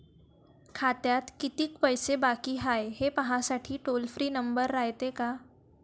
खात्यात कितीक पैसे बाकी हाय, हे पाहासाठी टोल फ्री नंबर रायते का?